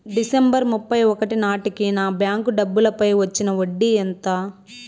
December ముప్పై ఒకటి నాటేకి నా బ్యాంకు డబ్బుల పై వచ్చిన వడ్డీ ఎంత?